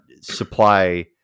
supply